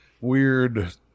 weird